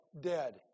dead